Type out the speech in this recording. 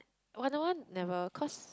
Wanna-One never cause